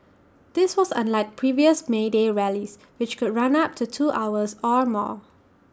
this was unlike previous may day rallies which could run up to two hours or more